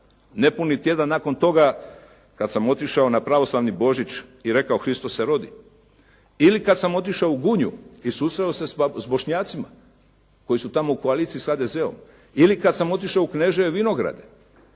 nepuni tjedan nakon toga kad sam otišao na pravoslavni Božić i rekao «Hristos se rodi» ili kad sam otišao u Gunju i susreo se s Bošnjacima koji su tamo u koaliciji s HDZ-om ili kad sam otišao u Kneževe vinograde,